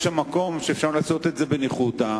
יש מקום לעשות את זה בניחותא,